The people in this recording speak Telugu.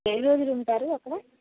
ఎన్ని రోజులు ఉంటారు అక్కడ